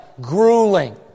grueling